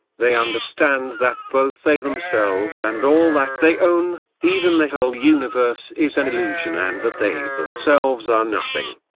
they understand that both they themselves and all that they own, even the whole universe is an illusion and that they themselves are nothing.